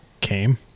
came